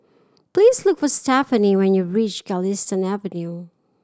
please look for Stefanie when you reach Galistan Avenue